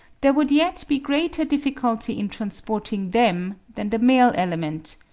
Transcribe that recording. there would yet be greater difficulty in transporting them than the male element,